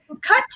cut